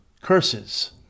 curses